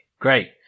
Great